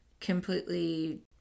completely